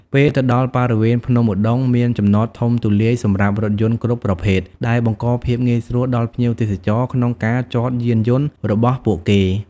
ពេលទៅដល់បរិវេណភ្នំឧដុង្គ មានចំណតធំទូលាយសម្រាប់រថយន្តគ្រប់ប្រភេទ ដែលបង្កភាពងាយស្រួលដល់ភ្ញៀវទេសចរក្នុងការចតយានយន្តរបស់ពួកគេ។